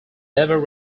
never